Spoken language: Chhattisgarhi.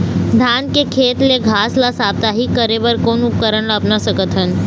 धान के खेत ले घास ला साप्ताहिक करे बर कोन उपकरण ला अपना सकथन?